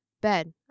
Bed